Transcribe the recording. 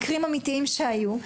מקרים אמיתיים שהיו,